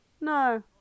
no